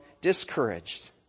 discouraged